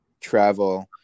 travel